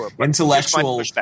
intellectual